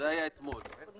זה מה שנקרא פניקה.